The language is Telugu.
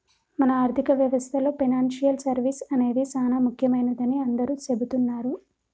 మన ఆర్థిక వ్యవస్థలో పెనాన్సియల్ సర్వీస్ అనేది సానా ముఖ్యమైనదని అందరూ సెబుతున్నారు